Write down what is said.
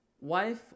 wife